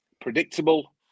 predictable